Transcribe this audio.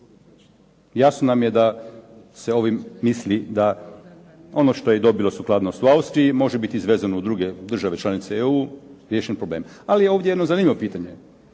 Jasno nam je da se ovim misli da ono što je dobilo sukladnost u Austriji može biti izvezeno u druge države članice EU. Riješen problem. Ali ovdje je jedno zanimljivo pitanje.